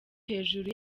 hejuru